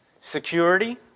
security